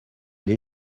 les